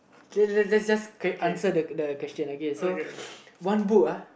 okay let's let's let's just okay answer the the question again so one book ah